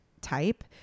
type